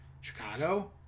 Chicago